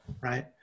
right